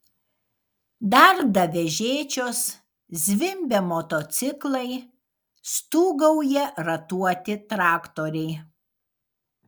darda vežėčios zvimbia motociklai stūgauja ratuoti traktoriai